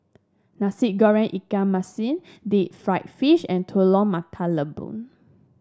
Nasi Goreng Ikan Masin Deep Fried Fish and Telur Mata Lembu